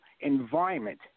environment